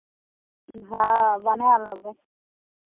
हँ बनाय लेबै